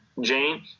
Jane